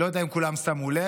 אני לא יודע אם כולם שמו לב,